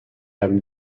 mme